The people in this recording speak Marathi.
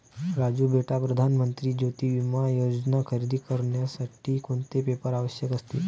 राजू बेटा प्रधान मंत्री ज्योती विमा योजना खरेदी करण्यासाठी कोणते पेपर आवश्यक असतील?